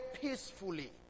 peacefully